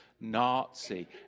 Nazi